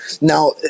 now